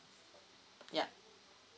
yup